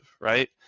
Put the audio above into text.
right